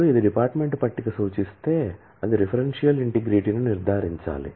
ఇప్పుడు ఇది department table సూచిస్తే అది రెఫరెన్షియల్ ఇంటిగ్రిటీను నిర్ధారించాలి